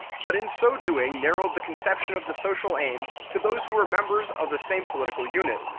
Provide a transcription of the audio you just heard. but in so doing narrowed the conception of the social aim to those who were members of the same political unit,